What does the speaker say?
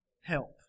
help